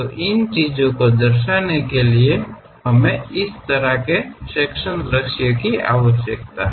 तो इन चीजों को दर्शाने के लिए हमें इस तरह के सेक्शन द्र्श्य की आवश्यकता है